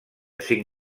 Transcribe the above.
cinc